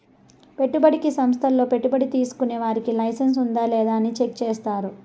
పెట్టుబడికి సంస్థల్లో పెట్టుబడి తీసుకునే వారికి లైసెన్స్ ఉందా లేదా అని చెక్ చేస్తారు